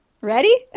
Ready